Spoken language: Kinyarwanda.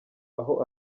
aho